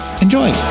enjoy